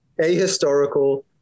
ahistorical